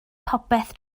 popeth